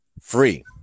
free